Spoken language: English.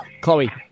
Chloe